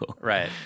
Right